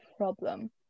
problem